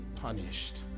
punished